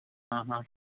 ആ ഹാ